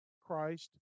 Christ